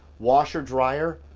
washer-dryer,